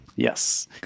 Yes